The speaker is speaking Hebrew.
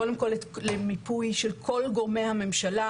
קודם כול למיפוי של כל גורמי הממשלה,